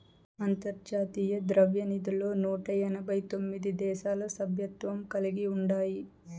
అంతర్జాతీయ ద్రవ్యనిధిలో నూట ఎనబై తొమిది దేశాలు సభ్యత్వం కలిగి ఉండాయి